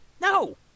No